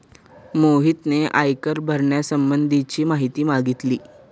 मोहितने आयकर भरण्यासंबंधीची माहिती मागितली